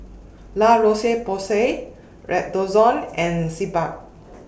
La Roche Porsay Redoxon and Sebamed